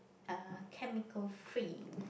uh chemical free